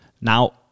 Now